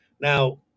Now